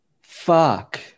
Fuck